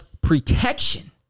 protection